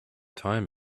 time